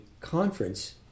conference